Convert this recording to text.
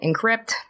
encrypt